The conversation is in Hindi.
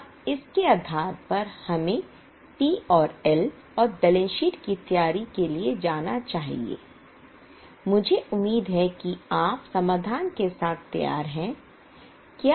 अब इसके आधार पर हमें पी और एल और बैलेंस शीट की तैयारी के लिए जाना चाहिए मुझे उम्मीद है कि आप समाधान के साथ तैयार हैं